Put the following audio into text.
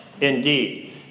indeed